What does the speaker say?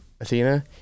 Athena